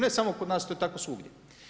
Ne samo kod nas, to je tako svugdje.